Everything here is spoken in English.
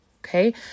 Okay